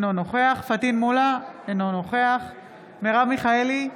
אינו נוכח פטין מולא, אינו נוכח מרב מיכאלי,